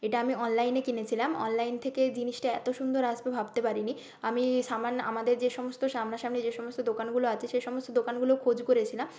এটা আমি অনলাইনে কিনেছিলাম অনলাইন থেকে জিনিসটা এতো সুন্দর আসবে ভাবতে পারিনি আমি সামান আমাদের যে সমস্ত সামনা সামনি যে সমস্ত দোকানগুলো আছে সে সমস্ত দোকানগুলো খোঁজ করেছিলাম